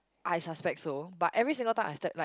I suspect so but every single time I step like